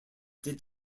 did